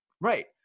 Right